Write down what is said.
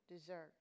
dessert